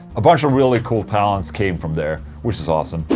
a bunch of really cool talents came from there, which is awesome.